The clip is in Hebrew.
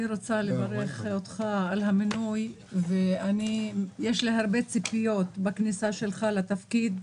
אני רוצה לברך אותך על המינוי ויש לי הרבה ציפיות בכניסה שלך לתפקיד,